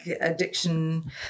addiction